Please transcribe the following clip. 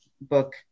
book